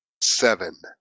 Seven